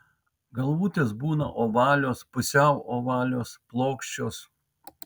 galvutės būna ovalios pusiau ovalios plokščios